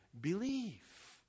believe